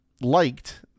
liked